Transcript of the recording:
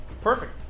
Perfect